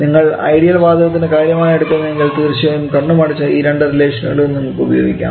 നിങ്ങൾ ഐഡിയൽ വാതകത്തിൻറെ കാര്യമാണ് എടുക്കുന്നതെങ്കിൽ തീർച്ചയായും കണ്ണുമടച്ച് ഈ രണ്ട് റിലേഷന് കളും നിങ്ങൾക്ക് ഉപയോഗിക്കാം